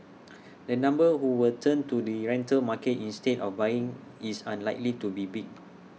the number who will turn to the rental market instead of buying is unlikely to be big